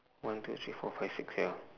one two three four five six ya